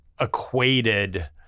equated